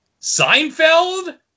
Seinfeld